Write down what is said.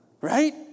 right